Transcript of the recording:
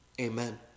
Amen